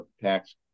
tax